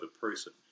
person